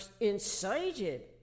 incited